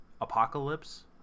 apocalypse